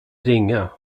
ringa